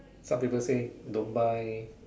some people say don't buy